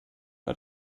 war